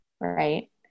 right